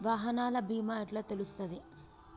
వాహనాల బీమా ఎట్ల తెలుస్తది?